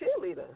cheerleader